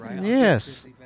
Yes